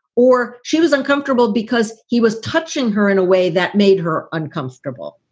or she was uncomfortable because he was. touching her in a way that made her uncomfortable,